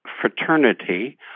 fraternity